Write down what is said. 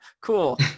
Cool